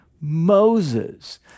Moses